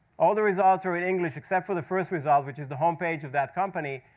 all the results are in english except for the first result, which is the home page of that company.